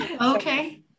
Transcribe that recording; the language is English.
Okay